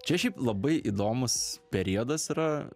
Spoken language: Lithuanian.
čia šiaip labai įdomus periodas yra